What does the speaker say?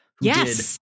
Yes